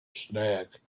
snack